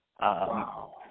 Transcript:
Wow